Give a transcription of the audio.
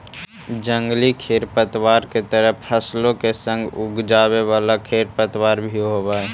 जंगली खेरपतवार के तरह फसलों के संग उगवे जावे वाला खेरपतवार भी होवे हई